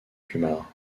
kumar